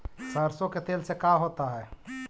सरसों के तेल से का होता है?